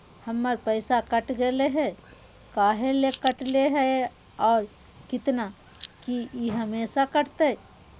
हमर पैसा कट गेलै हैं, काहे ले काटले है और कितना, की ई हमेसा कटतय?